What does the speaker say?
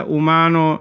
umano